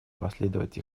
последовать